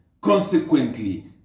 consequently